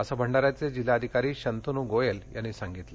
असं भंडाऱ्याचे जिल्हाधिकारी शंतनू गोयल यांनी सांगितलं